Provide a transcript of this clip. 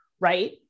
right